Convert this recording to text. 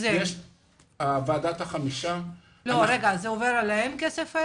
הכסף הזה עובר אליהם?